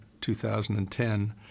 2010